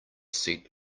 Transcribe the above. seat